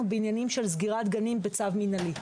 בעניינים של סגירת גנים בצו מינהלי,